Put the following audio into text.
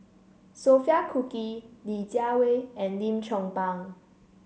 Sophia Cooke Li Jiawei and Lim Chong Pang